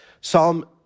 Psalm